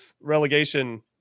relegation